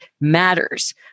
matters